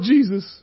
Jesus